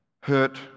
hurt